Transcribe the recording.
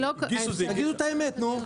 תגידו את האמת, נו.